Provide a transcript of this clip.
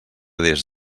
des